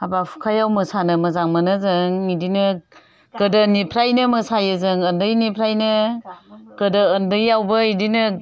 हाबा हुखायाव मोसानो मोजां मोनो जों बेदिनो गोदोनिफ्रायनो मोसायो जों उन्दैनिफ्रायनो गोदो उन्दैयावबो बेदिनो